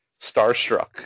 starstruck